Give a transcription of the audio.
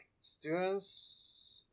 students